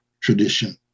tradition